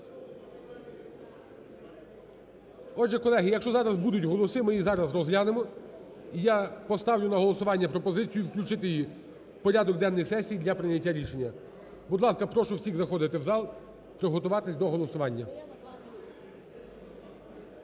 Отже, колеги, якщо зараз будуть голоси, ми їх зараз розглянемо. І я поставлю на голосування пропозицію, включити її в порядок денний сесії для прийняття рішення. Будь ласка, прошу всіх заходити в зал, приготуватися до голосування.